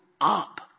up